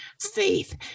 faith